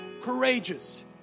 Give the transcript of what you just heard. Courageous